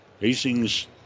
Hastings